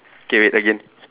K wait again